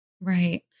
Right